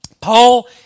Paul